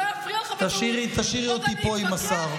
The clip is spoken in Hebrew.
תשאירי אותי פה עם השר.